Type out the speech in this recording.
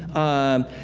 um,